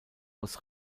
aus